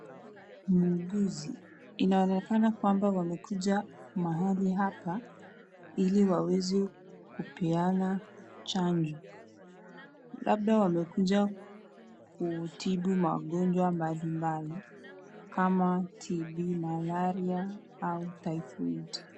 Muuguzi. Inaonekana kwamba wamekuja mahali hapa ili waweze kupeana chanjo. Labda wamekuja kutibu magonjwa mbalimbali kama TB , malaria au typhoid .